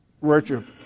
Richard